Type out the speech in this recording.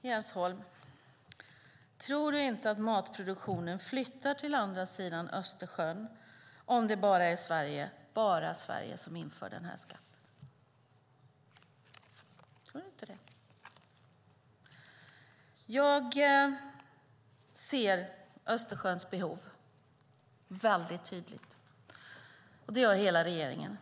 Herr talman! Tror du inte, Jens Holm, att matproduktionen flyttar till andra sidan Östersjön om det bara är Sverige som inför en sådan skatt? Tror du inte det? Jag ser tydligt behoven när det gäller Östersjön, och det gör hela regeringen.